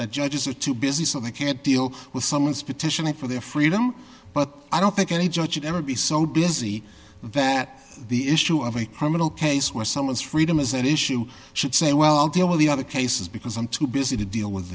that judges are too busy so they can't deal with someone's petitioning for their freedom but i don't think any judge would ever be so busy that the issue of a criminal case where someone's freedom is at issue should say well i'll deal with the other cases because i'm too busy to deal with